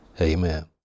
Amen